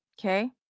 okay